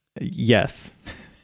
Yes